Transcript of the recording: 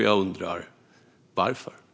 Jag undrar varför.